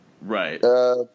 Right